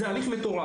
מדובר בהליך מטורף.